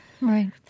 Right